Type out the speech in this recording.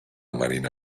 marina